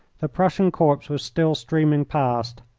the prussian corps was still streaming past.